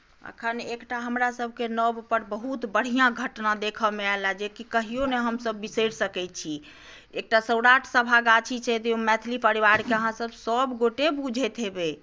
एखन एकटा हमरासभकेँ नवपर बहुत बढ़िआँ घटना देखयमे आएलए जेकि कहियो नहि हमसभ बिसरि सकैत छी एकटा सौराठ सभागाछी छै ताहिमे मैथिली परिवारके अहाँसभ सभगोटए बुझैत हेबै